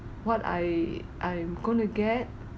what I I'm gonna get